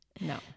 No